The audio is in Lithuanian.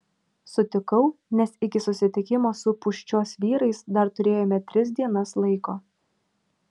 sutikau nes iki susitikimo su pūščios vyrais dar turėjome tris dienas laiko